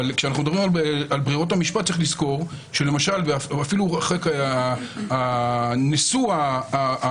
אבל כשאנחנו מדברים על ברירות המשפט צריך לזכור שאפילו נשוא הרעה,